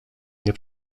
nie